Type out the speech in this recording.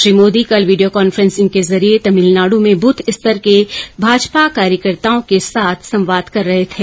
श्री मोदी कल video conferencing के जरिये तमिलनाड् में बूथ स्तर के भाजपा कार्यकर्ताओं के साथ संवाद कर रहे थे